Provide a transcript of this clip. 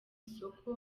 isoko